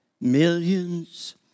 millions